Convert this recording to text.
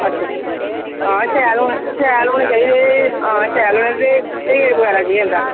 अच्छा हां शैल होन शैल होने चाहिदे हां शैल होने ते हां रेट बगैरा केह् ऐ इं'दा